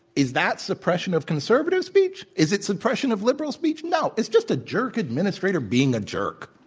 is that suppression of conservative speech? is it suppression of liberal speech? no. it's just a jerk administrator being a jerk.